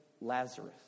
Lazarus